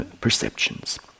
perceptions